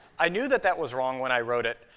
i knew that that was wrong when i wrote it,